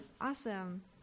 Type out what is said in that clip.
awesome